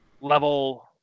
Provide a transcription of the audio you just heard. level